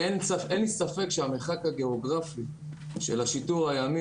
אין לי ספק שהמרחק הגיאוגרפי של השיטור הימי,